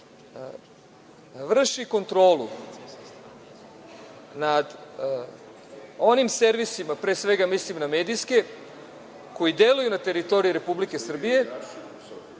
vrši kontrolu nad onim servisima, pre svega mislim na medijske, koji deluju na teritoriji Republike Srbije,